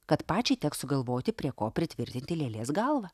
kad pačiai teks sugalvoti prie ko pritvirtinti lėlės galvą